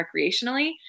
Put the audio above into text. recreationally